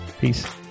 Peace